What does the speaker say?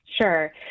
Sure